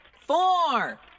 four